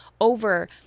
over